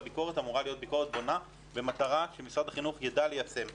והביקורת אמורה להיות בונה במטרה שמשרד החינוך יידע לייצב.